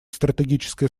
стратегическая